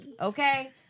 okay